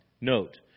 Note